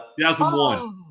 2001